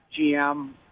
GM